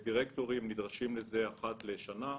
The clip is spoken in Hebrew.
דירקטורים נדרשים לזה אחת לשנה,